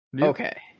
Okay